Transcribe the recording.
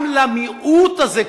גם למיעוט הזה,